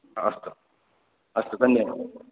अस्तु अस्तु धन्यवादः